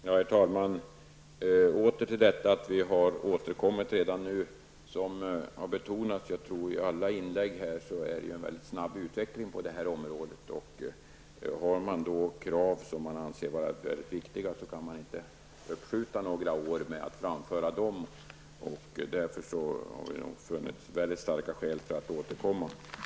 Herr talman! Anledningen till att vi har återkommit redan nu, vilket har betonats i alla inläggen, är att det är en mycket snabb utveckling på detta område. Har man krav som man anser vara mycket viktiga kan man inte skjuta upp framförandet av dem några år. Därför har jag funnit mycket starka skäl för att återkomma.